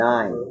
Nine